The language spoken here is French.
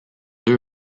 deux